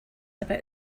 about